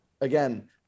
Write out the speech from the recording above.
again